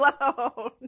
alone